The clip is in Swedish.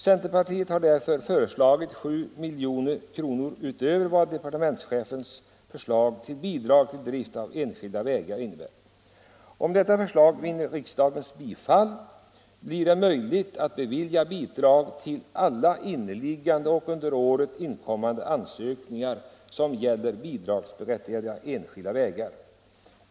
Centerpartiet har därför föreslagit 7 milj.kr. utöver departementschefens förslag till bidrag till drift av enskilda vägar. Om detta förslag vinner riksdagens bifall, blir det möjligt att bevilja bidrag till alla inneliggande och under året inkommande ansökningar som gäller bidragsberättigade enskilda vägar.